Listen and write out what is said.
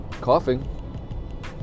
coughing